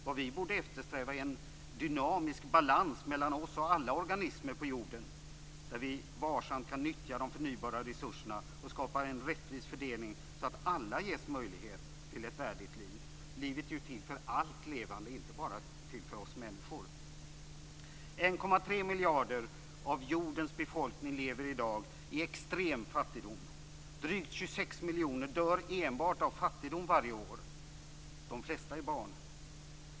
Vad vi borde eftersträva är en dynamisk balans mellan oss och alla organismer på jorden där vi varsamt kan nyttja de förnybara resurserna och skapa en rättvis fördelning, så att alla ges möjlighet till ett värdigt liv. Livet är ju till för allt levande, det är inte bara till för oss människor. 1,3 miljarder av jordens befolkning lever i dag i extrem fattigdom. Drygt 26 miljoner dör enbart av fattigdom varje år varav de flesta är barn.